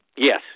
Yes